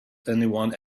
anyone